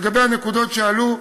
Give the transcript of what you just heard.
לגבי הנקודות שעלו,